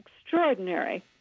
extraordinary